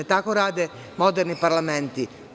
Tako rade moderni parlamenti.